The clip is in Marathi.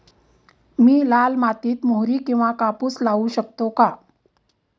मी लाल मातीत मोहरी किंवा कापूस लावू शकतो का?